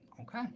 Okay